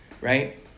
right